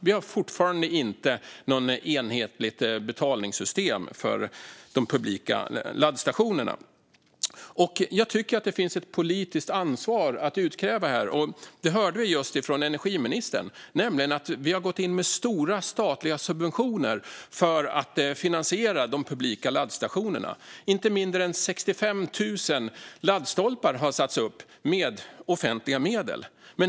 Vi har fortfarande inte något enhetligt betalsystem för de publika laddstationerna. Jag tycker att det finns ett politiskt ansvar att utkräva här. Vi hörde just från energiministern att vi har gått in med stora statliga subventioner för att finansiera de publika laddstationerna. Inte mindre än 65 000 laddstolpar har satts upp med offentliga medel.